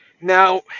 Now